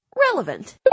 Relevant